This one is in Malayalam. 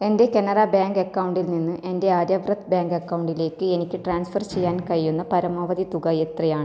എൻ്റെ കാനറ ബാങ്ക് അക്കൗണ്ടിൽ നിന്ന് എൻ്റെ ആര്യവ്രത് ബാങ്ക് അക്കൗണ്ടിലേക്ക് എനിക്ക് ട്രാൻസ്ഫർ ചെയ്യാൻ കഴിയുന്ന പരമാവധി തുക എത്രയാണ്